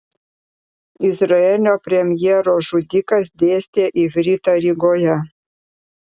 izraelio premjero žudikas dėstė ivritą rygoje